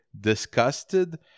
disgusted